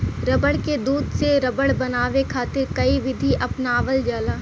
रबड़ के दूध से रबड़ बनावे खातिर कई विधि अपनावल जाला